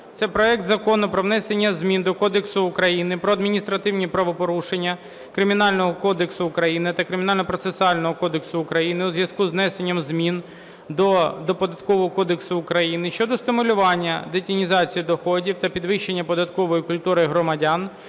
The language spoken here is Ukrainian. це проект Закону про внесення змін до Кодексу України про адміністративні правопорушення, Кримінального кодексу України та Кримінального процесуального кодексу України у зв'язку із внесенням змін до Податкового кодексу України щодо стимулювання детінізації доходів та підвищення податкової культури громадян